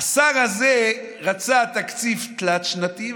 השר הזה רצה תקציב תלת-שנתי,